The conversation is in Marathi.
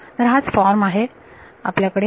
तर हाच फॉर्म आहे आपल्याकडे बरोबर